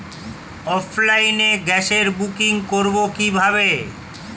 অফলাইনে গ্যাসের বুকিং করব কিভাবে?